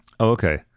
okay